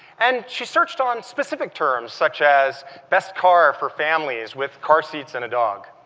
and she searched on specific terms, such as best car for families with car seats and a dog.